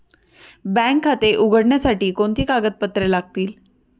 Bank खाते उघडण्यासाठी कोणती कागदपत्रे लागतील?